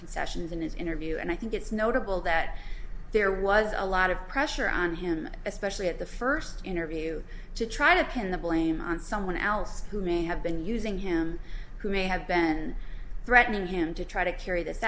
concessions in his interview and i think it's notable that there was a lot of pressure on him especially at the first interview to try to pin the blame on someone else who may have been using him who may have been threatening him to try to carry this